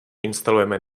instalujeme